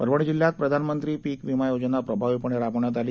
परभणीजिल्ह्यातप्रधानमंत्रीपीकविमायोजनाप्रभावीपणेराबवण्यातआली